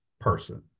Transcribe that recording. person